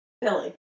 Billy